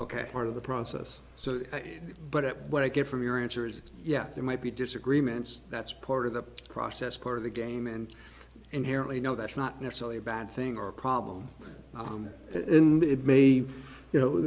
k part of the process so but what i get from your answer is yes there might be disagreements that's part of the process part of the game and inherently know that's not necessarily a bad thing or a problem on them and it may be you know